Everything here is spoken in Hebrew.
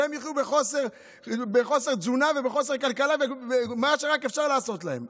שהם יחיו בחוסר תזונה ובחוסר כלכלה ובמה שרק אפשר לעשות להם.